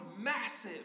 massive